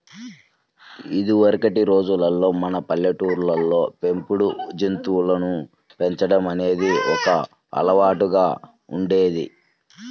ఇదివరకటి రోజుల్లో మన పల్లెటూళ్ళల్లో పెంపుడు జంతువులను పెంచడం అనేది ఒక అలవాటులాగా ఉండేది